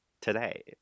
today